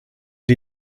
die